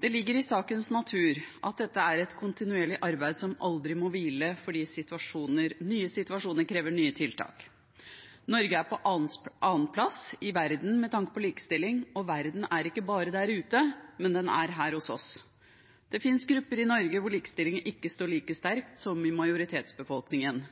Det ligger i sakens natur at dette er et kontinuerlig arbeid som aldri må hvile, for nye situasjoner krever nye tiltak. Norge er på andreplass i verden med tanke på likestilling, og verden er ikke bare der ute, men den er her hos oss. Det finnes grupper i Norge der likestillingen ikke står like sterkt som i majoritetsbefolkningen.